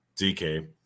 DK